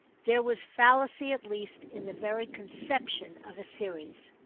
there was fallacy at least, in the very conception of a series.